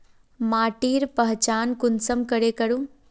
माटिर पहचान कुंसम करे करूम?